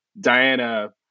Diana